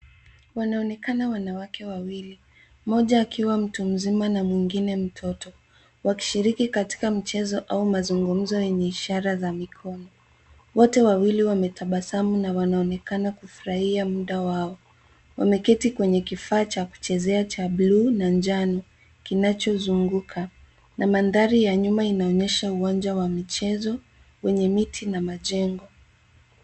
Wanaonekana wanawake wawili, moja akiwa mtu mzima na mwingine mtoto. Wakishiriki katika mchezo au mazungumzo yenye ishara za mikono. Wote wawili wametabasamu na wanaonekana kufurahia muda wao. Wamekita kwenye kifaa cha kuchezea cha buluu na njano kinachozunguka na mandhari ya nyuma inaonesha uwanja wa michezo wenye miti na majengo.